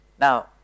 Now